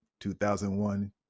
2001